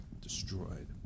destroyed